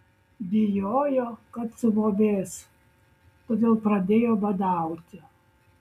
bijojo kad subobės todėl pradėjo badauti